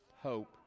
hope